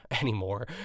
anymore